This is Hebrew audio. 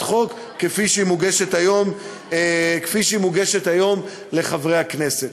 החוק כפי שהיא מוגשת היום לחברי הכנסת.